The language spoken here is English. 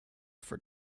for